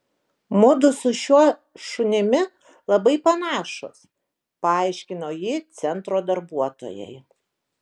mudu su šiuo šunimi labai panašūs paaiškino ji centro darbuotojai